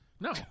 no